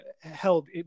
held